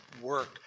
work